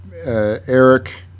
Eric